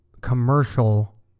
commercial